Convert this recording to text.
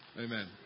Amen